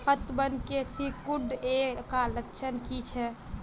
पतबन के सिकुड़ ऐ का लक्षण कीछै?